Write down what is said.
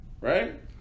Right